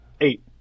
eight